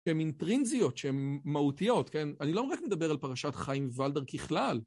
שהן אינטרנזיות, שהן מהותיות, כן? אני לא רק מדבר על פרשת חיים וולדר ככלל.